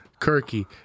Kirky